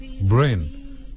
brain